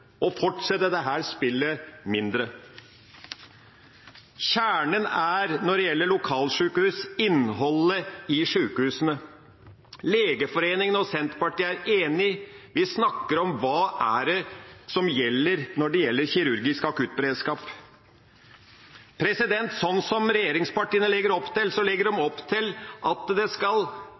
å fortsette dette spillet mindre. Kjernen er, når det gjelder lokalsjukehus, innholdet i sjukehusene. Legeforeningen og Senterpartiet er enige. Vi snakker om hva det er som gjelder for kirurgisk akuttberedskap. Slik regjeringspartiene legger opp til, kan fagfolk komme til å stå i situasjoner der det